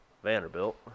vanderbilt